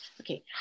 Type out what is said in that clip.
okay